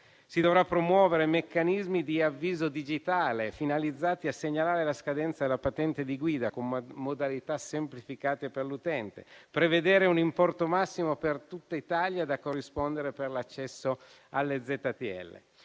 Si dovranno promuovere meccanismi di avviso digitale finalizzati a segnalare la scadenza della patente di guida, con modalità semplificate per l'utente; prevedere un importo massimo per tutta Italia da corrispondere per l'accesso alle ZTL.